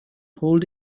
hold